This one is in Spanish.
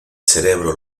cerebro